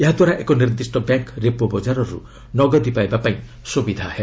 ଏହାଦ୍ୱାରା ଏକ ନିର୍ଦ୍ଦିଷ୍ଟ ବ୍ୟାଙ୍କ୍ ରେପୋ ବଜାରରୁ ନଗଦି ପାଇବା ପାଇଁ ସୁବିଧା ହେବ